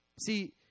See